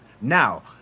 Now